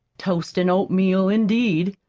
toast an' oatmeal, indeed!